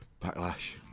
Backlash